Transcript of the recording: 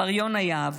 מר יונה יהב,